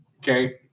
Okay